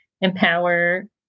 empower